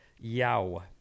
Yow